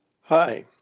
Hi